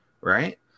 right